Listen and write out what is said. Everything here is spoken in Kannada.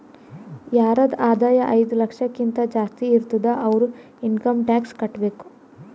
ಯಾರದ್ ಆದಾಯ ಐಯ್ದ ಲಕ್ಷಕಿಂತಾ ಜಾಸ್ತಿ ಇರ್ತುದ್ ಅವ್ರು ಇನ್ಕಮ್ ಟ್ಯಾಕ್ಸ್ ಕಟ್ಟಬೇಕ್